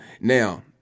now